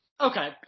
Okay